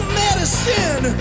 medicine